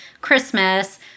Christmas